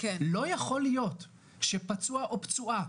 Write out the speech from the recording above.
לא יכול להיות שפצוע או פצועה